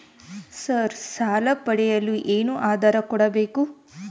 Sir ಸಾಲ ಪಡೆಯಲು ಏನು ಆಧಾರ ಕೋಡಬೇಕು?